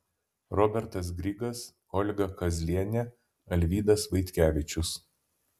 robertas grigas olga kazlienė alvydas vaitkevičius